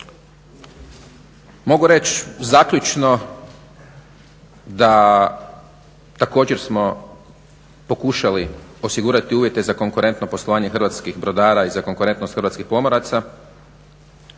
Mogu reći zaključno da također smo pokušali osigurati uvjete za konkurentno poslovanje hrvatskih brodara i za konkurentnost hrvatskih pomoraca